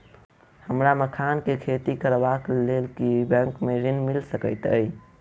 हमरा मखान केँ खेती करबाक केँ लेल की बैंक मै ऋण मिल सकैत अई?